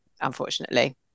unfortunately